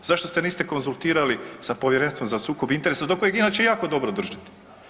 Zašto se niste konzultirali sa Povjerenstvom za sukob interesa do kojeg inače jako dobro držite?